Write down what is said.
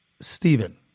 Stephen